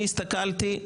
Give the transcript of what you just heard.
אני הסתכלתי,